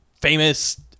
famous